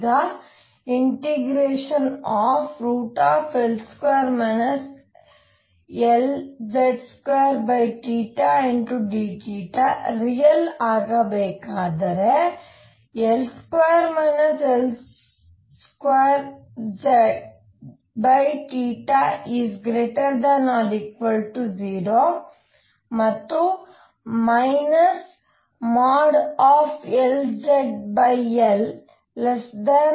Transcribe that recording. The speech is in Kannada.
ಈಗ ∫√L2 Lz2 dθ ರಿಯಲ್ ಆಗಬೇಕಾದಾರೆ L2 Lz2 ≥0 ಮತ್ತು LzL≤sinθ≤LzL ಆಗಿರುತ್ತದೆ